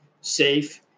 safe